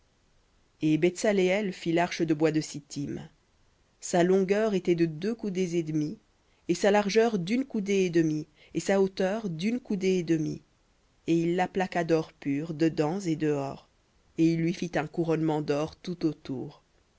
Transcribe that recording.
et ils feront une arche de bois de sittim sa longueur sera de deux coudées et demie et sa largeur d'une coudée et demie et sa hauteur d'une coudée et demie et tu la plaqueras d'or pur tu la plaqueras dedans et dehors et tu y feras un couronnement d'or tout autour